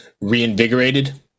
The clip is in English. reinvigorated